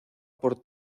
por